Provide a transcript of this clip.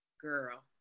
Girl